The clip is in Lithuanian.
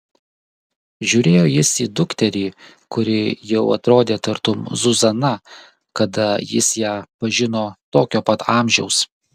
žiūrėjo jis į dukterį kuri jau atrodė tartum zuzana kada jis ją pažino tokio pat amžiaus